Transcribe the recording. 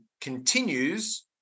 continues